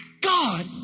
God